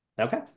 Okay